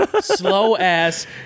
slow-ass